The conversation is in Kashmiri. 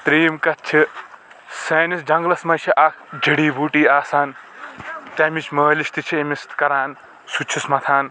ترٛیٚیِم کتھ چھ سأنس جنگلس منٛز چھ اکھ جڑی بوٗٹی آسان تٔمِچ مألِش تہِ چھ أمِس کران سُہ تہِ چھِس متھان